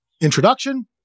introduction